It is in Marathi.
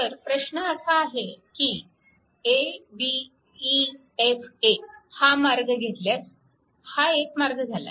तर प्रश्न असा आहे की a b e f a हा मार्ग घेतल्यास हा एक मार्ग झाला